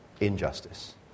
injustice